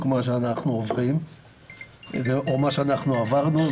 את מה שאנחנו עוברים או מה שאנחנו עברנו,